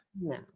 No